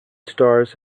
stars